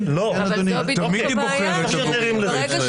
תמיד היא בוחרת עבור אזרחי ישראל.